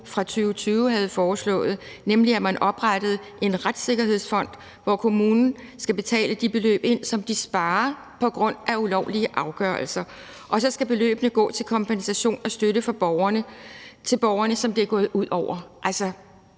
fra 2020 havde foreslået, nemlig at man oprettede en retssikkerhedsfond, hvor kommunen skal betale de beløb ind, som de sparer på grund af ulovlige afgørelser, og så skal beløbene gå til kompensation og støtte til borgerne, som det er gået ud over. Altså,